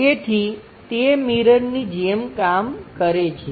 તેથી તે મિરરની જેમ કામ કરે છે